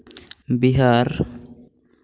Bihar